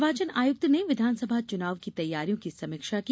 निर्वाचन आयुक्त ने विधानसभा चुनाव की तैयारियों की समीक्षा की